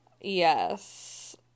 Yes